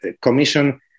Commission